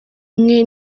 umwe